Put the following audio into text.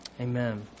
Amen